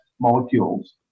molecules